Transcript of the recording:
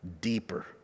Deeper